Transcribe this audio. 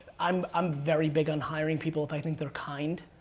i'm i'm very big on hiring people if i think they're kind.